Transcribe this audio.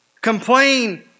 Complain